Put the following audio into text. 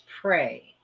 pray